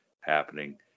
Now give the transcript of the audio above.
happening